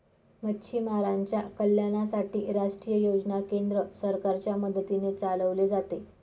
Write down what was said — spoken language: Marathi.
मच्छीमारांच्या कल्याणासाठी राष्ट्रीय योजना केंद्र सरकारच्या मदतीने चालवले जाते